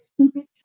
stupid